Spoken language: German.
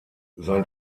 sein